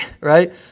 right